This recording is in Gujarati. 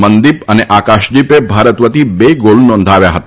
મનદીપ અને આકાશદીપે ભારત વતી બે ગોલ નોંધાવ્યા હતા